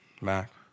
Mac